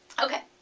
ok,